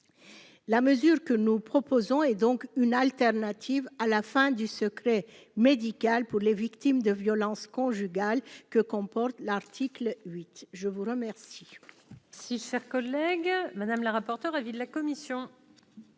la mesure que nous proposons est donc une alternative à la fin du secret médical pour les victimes de violences conjugales que comporte l'article 8 je vous remercie.